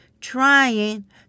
trying